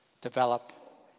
develop